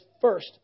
first